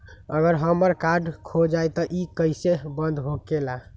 अगर हमर कार्ड खो जाई त इ कईसे बंद होकेला?